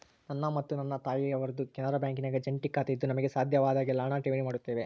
ನನ್ನ ಮತ್ತು ನನ್ನ ತಾಯಿಯವರದ್ದು ಕೆನರಾ ಬ್ಯಾಂಕಿನಾಗ ಜಂಟಿ ಖಾತೆಯಿದ್ದು ನಮಗೆ ಸಾಧ್ಯವಾದಾಗೆಲ್ಲ ಹಣ ಠೇವಣಿ ಮಾಡುತ್ತೇವೆ